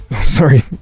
Sorry